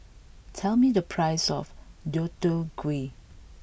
tell me the price of Deodeok Gui